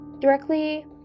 Directly